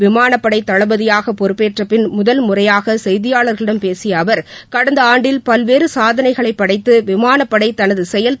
விமானப்படை தளபதியாக பொறுப்பேற்றபின் முதல் முறையாக செய்தியாளர்களிடம் பேசிய கடந்த ஆண்டில் பல்வேறு சாதனைகளைப் படைத்து விமானப்படை தனது செயல் அவர்